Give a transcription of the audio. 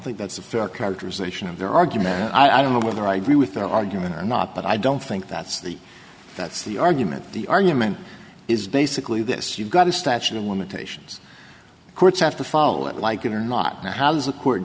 think that's a fair characterization of their argument i don't know whether i agree with their argument or not but i don't think that's the that's the argument the argument is basically this you've got a statute of limitations courts have to follow it like it or not know how the court